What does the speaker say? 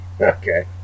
okay